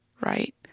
right